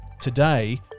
Today